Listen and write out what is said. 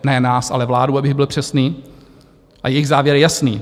Ne nás, ale vládu, abych byl přesný, a jejich závěr je jasný.